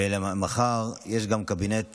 ומחר יש גם ישיבת קבינט חברתי-כלכלי.